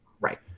Right